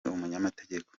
umunyamategeko